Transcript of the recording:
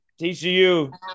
TCU